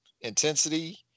intensity